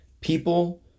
People